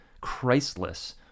Christless